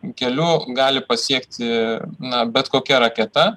keliu gali pasiekti na bet kokia raketa